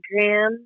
instagram